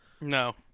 No